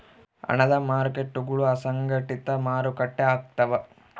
ಹಣದ ಮಾರ್ಕೇಟ್ಗುಳು ಅಸಂಘಟಿತ ಮಾರುಕಟ್ಟೆ ಆಗ್ತವ